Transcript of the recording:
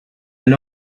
and